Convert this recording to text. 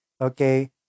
okay